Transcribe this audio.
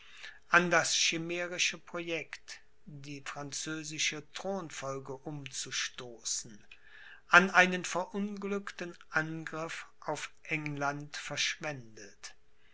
an das chimärische projekt die französische thronfolge umzustoßen an einen verunglückten angriff auf england verschwendet